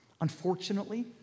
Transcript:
Unfortunately